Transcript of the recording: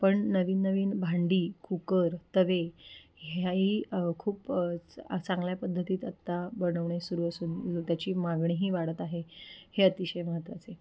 पण नवीन नवीन भांडी कुकर तवे ह्याही खूप चांगल्या पद्धतीत आत्ता बनवणे सुरू असून त्याची मागणीही वाढत आहे हे अतिशय महत्त्वाचे